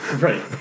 Right